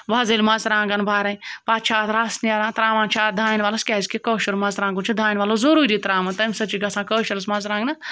وۄزٕلۍ مَرژٕوانٛگَن بَرٕنۍ پَتہٕ چھُ اَتھ رَس نیران ترٛاوان چھِ اَتھ دانہِ وَلَس کیٛازِکہِ کٲشُر مَرژٕوانٛگُن چھِ دانہِ وَلَس ضروٗری ترٛاوُن تَمہِ سۭتۍ چھِ گژھان کٲشرِس مَرژٕوانٛگنَس